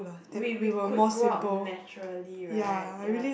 we we could grow up naturally right ya